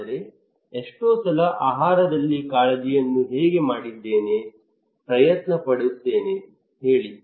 ಆದರೆ ಎಷ್ಟೋ ಸಲ ಆಹಾರದಲ್ಲಿ ಕಾಳಜಿಯನ್ನು ಹೇಗೆ ಮಾಡಿದ್ದೇನೆ ಪ್ರಯತ್ನ ಪಡುತ್ತೇನೆ ಹೇಳಿ